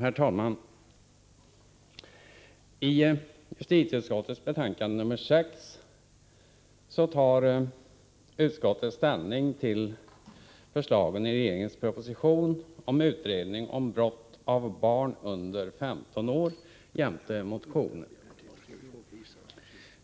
Herr talman! I justitieutskottets betänkande nr 6 tar utskottet ställning till förslagen i regeringens proposition om utredning av brott av barn under 15 år jämte motioner.